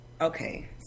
Okay